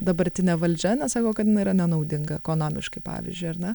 dabartinė valdžia nes sako kad jinai yra nenaudinga ekonomiškai pavyzdžiui ar ne